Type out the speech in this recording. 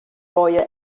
royal